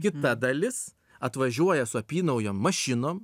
kita dalis atvažiuoja su apynaujom mašinom